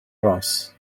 ros